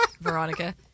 Veronica